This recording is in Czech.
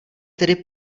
tedy